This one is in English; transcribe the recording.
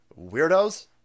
Weirdos